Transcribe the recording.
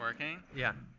working? yeah.